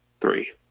three